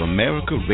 America